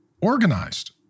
organized